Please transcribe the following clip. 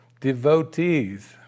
devotees